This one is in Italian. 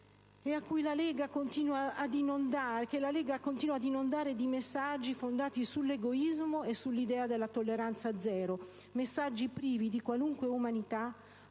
che la Lega continua ad inondare di messaggi fondati sull'egoismo e sull'idea della tolleranza zero, messaggi privi di qualunque umanità,